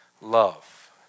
Love